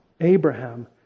Abraham